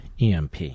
EMP